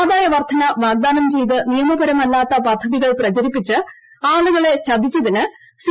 ആദായ വർദ്ധന വാഗ്ദാനം ചെയ്ത് നിയമപരമല്ലാത്ത പദ്ധതികൾ പ്രചരിപ്പിച്ച് ആളുകളെ ചതിച്ചതിന് സി